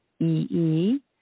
E-E